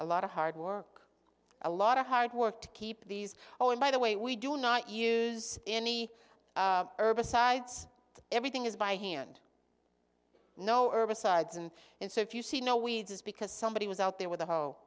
a lot of hard work a lot of hard work to keep these oh and by the way we do not use any herbicides everything is by hand no herbicides and and so if you see no weeds because somebody was out there with